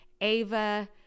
Ava